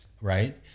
right